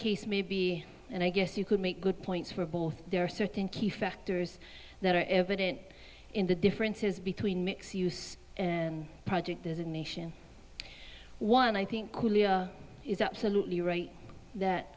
case may be and i guess you could make good points for both there are certain key factors that are evident in the differences between me and project there's a nation one i think is absolutely right that